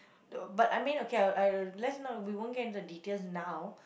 the but I mean okay lah I'll I'll let's not we won't get into details now